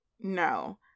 No